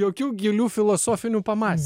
jokių gilių filosofinių pamąs